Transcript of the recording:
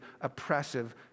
oppressive